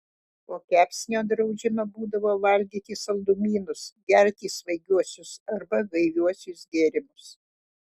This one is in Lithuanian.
po kepsnio draudžiama būdavo valgyti saldumynus gerti svaigiuosius arba gaiviuosius gėrimus